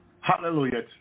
Hallelujah